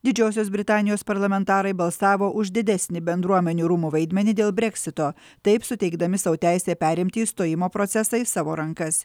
didžiosios britanijos parlamentarai balsavo už didesnį bendruomenių rūmų vaidmenį dėl breksito taip suteikdami sau teisę perimti išstojimo procesą į savo rankas